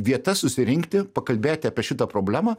vieta susirinkti pakalbėt apie šitą problemą